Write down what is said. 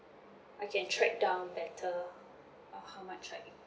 I can track down better on how much like